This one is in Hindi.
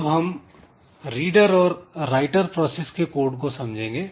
अब हम रीडर और राइटर प्रोसेस के कोड को समझेंगे